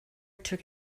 took